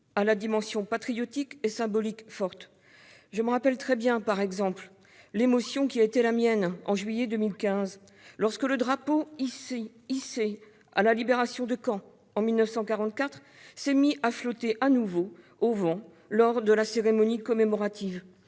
à la dimension patriotique et symbolique forte ! Je me rappelle très bien, par exemple, l'émotion qui a été la mienne, en juillet 2015, lorsque le drapeau hissé à la libération de Caen, en 1944, s'est mis à flotter de nouveau au vent lors de la cérémonie commémorative.